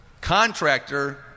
contractor